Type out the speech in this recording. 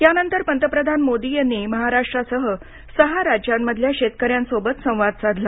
यानंतर पंतप्रधान मोदी यांनी यावेळी महाराष्ट्रासह सहा राज्यांमधल्या शेतकऱ्यांसोबत संवाद साधला